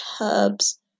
herbs